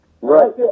Right